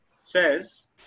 says